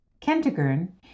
Kentigern